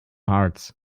parts